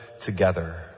together